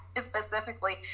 specifically